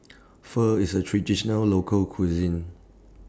Pho IS A Traditional Local Cuisine